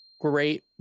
great